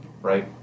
right